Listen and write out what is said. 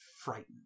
frightened